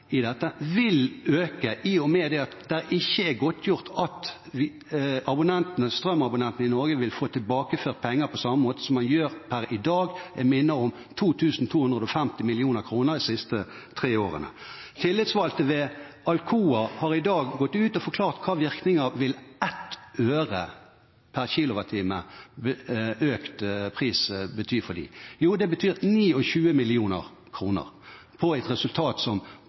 vil øke i og med at det ikke er godtgjort at strømabonnentene i Norge vil få tilbakeført penger på samme måte som man gjør i dag. Jeg minner om 2 250 mill. kr de siste tre årene. Tillitsvalgte ved Alcoa har i dag gått ut og forklart hvilke virkninger 1 øre/kWh i økt pris vil bety for dem. Det vil bety 29 mill. kr av et resultat som